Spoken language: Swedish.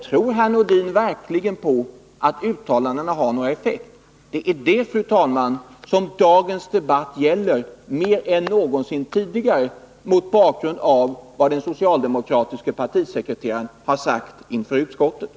Tror herr Nordin verkligen att uttalandena har någon effekt? Det är detta, fru talman, som dagens debatt gäller mer än någonsin tidigare, mot bakgrund av vad den socialdemokratiske partisekreteraren har Nr 27